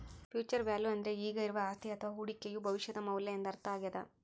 future value ಅಂದ್ರೆ ಈಗ ಇರುವ ಅಸ್ತಿಯ ಅಥವ ಹೂಡಿಕೆಯು ಭವಿಷ್ಯದ ಮೌಲ್ಯ ಎಂದರ್ಥ ಆಗ್ಯಾದ